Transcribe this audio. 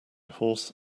horse